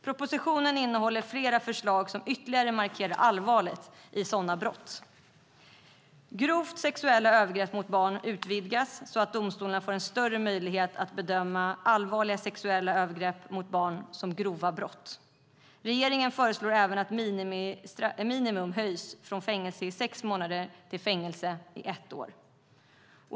Propositionen innehåller flera förslag som ytterligare markerar allvaret i sådana brott. Grovt sexuellt övergrepp mot barn utvidgas så att domstolarna får en större möjlighet att bedöma allvarliga sexuella övergrepp mot barn som grova brott. Regeringen föreslår även att straffminimum höjs från fängelse i sex månader till fängelse i ett år.